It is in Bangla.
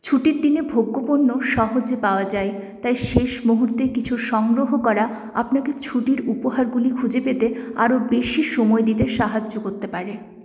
ছুটির দিনে ভোগ্যপণ্য সহজে পাওয়া যায় তাই শেষ মুহূর্তে কিছু সংগ্রহ করা আপনাকে ছুটির উপহারগুলি খুঁজে পেতে আরও বেশি সময় দিতে সাহায্য করতে পারে